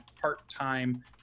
Part-Time